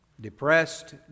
Depressed